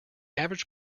average